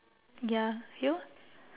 ya you